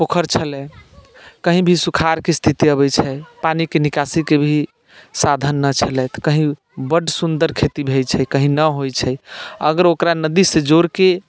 पोखरि छलै कहीँ भी सुखाड़के स्थिति अबैत छै पानिके निकासीके भी साधन नहि छलै तऽ कहीँ बड्ड सुन्दर खेती होइत छै कहीँ नहि होइत छै अगर ओकरा नदीसँ जोड़िके